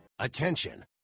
Attention